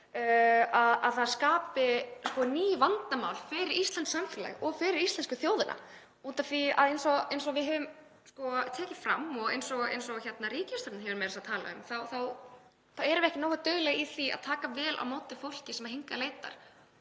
að það skapi ný vandamál fyrir íslenskt samfélag og fyrir íslensku þjóðina út af því að eins og við höfum tekið fram, og eins og ríkisstjórnin hefur meira að segja talað um, þá erum við ekki nógu dugleg í því að taka vel á móti fólki sem hingað leitar.